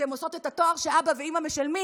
כשהן עושות את התואר שאבא ואימא משלמים,